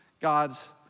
God's